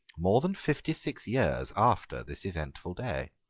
more than fifty-six years after this eventful day.